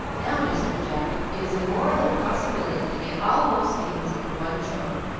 now, mr. jack, it is a moral impossibility to get all those things into one trunk,